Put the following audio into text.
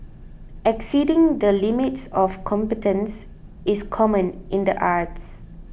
exceeding the limits of competence is common in the arts